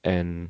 and